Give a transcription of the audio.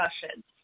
discussions